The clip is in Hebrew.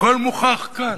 הכול מוכח כאן.